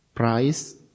price